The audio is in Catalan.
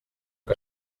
que